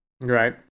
right